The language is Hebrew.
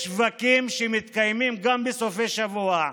יש גם שווקים שמתקיימים בסופי שבוע.